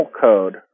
code